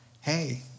hey